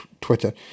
Twitter